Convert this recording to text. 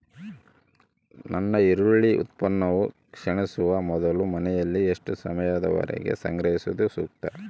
ನನ್ನ ಈರುಳ್ಳಿ ಉತ್ಪನ್ನವು ಕ್ಷೇಣಿಸುವ ಮೊದಲು ಮನೆಯಲ್ಲಿ ಎಷ್ಟು ಸಮಯದವರೆಗೆ ಸಂಗ್ರಹಿಸುವುದು ಸೂಕ್ತ?